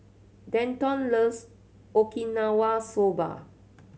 Denton loves Okinawa Soba